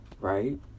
right